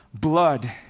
blood